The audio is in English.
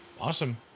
Awesome